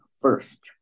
first